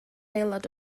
aelod